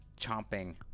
chomping